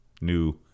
new